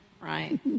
right